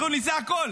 הוא ניסה הכול,